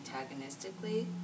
antagonistically